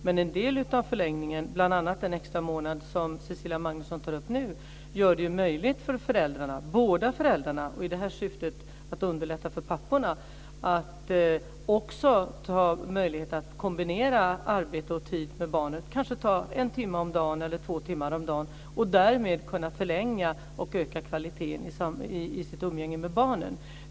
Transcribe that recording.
Men en del av förlängningen, bl.a. den extramånad som Cecilia Magnusson nu tar upp, gör det ju möjligt för båda föräldrarna - i syfte att underlätta för papporna - att kombinera arbete och tid med barnen och att kanske ta ut en eller två timmar per dag och därmed kunna förlänga och öka kvaliteten i sitt umgänge med barnen.